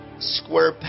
square